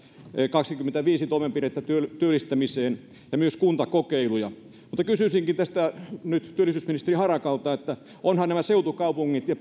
kaksikymmentäviisi toimenpidettä työllistämiseen ja myös kuntakokeiluja kysyisinkin tästä nyt työministeri harakalta onhan myös seutukaupungeilla ja